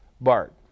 Bart